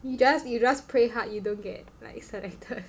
you just you just pray hard you don't get like selected